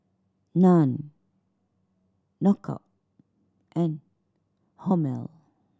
Nan Knockout and Hormel